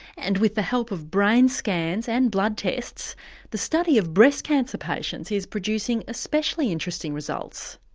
and with the help of brain scans and blood tests the study of breast cancer patients is producing especially interesting results.